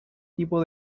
tipo